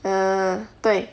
err 对